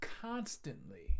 constantly